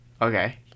Okay